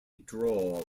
draw